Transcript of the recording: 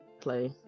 play